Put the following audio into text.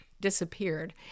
disappeared